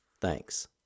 Thanks